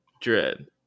Dread